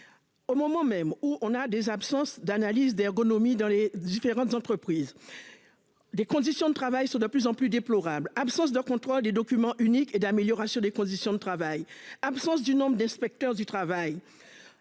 Au moment même où on a des absences d'analyse d'ergonomie dans les différentes entreprises. Des conditions de travail sont de plus en plus déplorable. Absence de contrôle des documents uniques et d'amélioration des conditions de travail. Absence du nombre d'inspecteurs du travail.